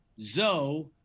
Zoe